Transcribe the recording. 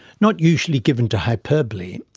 not usually given to hyperbole,